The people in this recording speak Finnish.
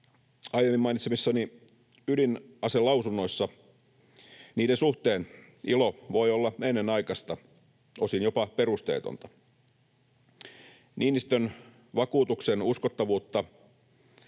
Aiemmin mainitsemieni Niinistön ydinaselausuntojen suhteen ilo voi olla ennenaikaista, osin jopa perusteetonta. Niinistön vakuutuksen uskottavuutta